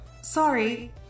Sorry